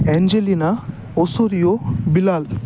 Angelina Osorio Bilal